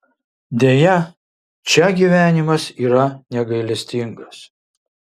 deja čia gyvenimas yra negailestingas